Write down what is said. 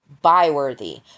buy-worthy